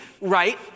right